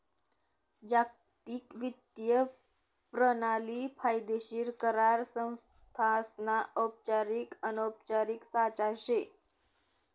जागतिक वित्तीय परणाली कायदेशीर करार संस्थासना औपचारिक अनौपचारिक साचा शे